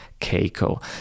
Keiko